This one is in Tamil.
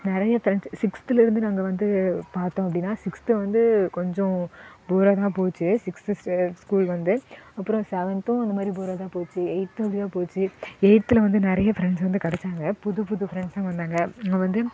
நிறைய திரண்ட்ஸ் சிக்ஸ்த்தில் இருந்து நாங்கள் வந்து பார்த்தோம் அப்படினா சிக்ஸ்த் வந்து கொஞ்சம் போராக தான் போச்சு சிக்ஸ்த்து ஸ்கூல் வந்து அப்றம் செவென்த்தும் அந்த மாதிரி போராக தான் போச்சு எயித்தும் அப்படி தான் போச்சு எயித்தில் வந்து நெறையா பிரெண்ட்ஸ் வந்து கிடைச்சாங்க புது புது ஃப்ரெண்ட்ஸுங்க வந்தாங்க அங்கே வந்து